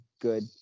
good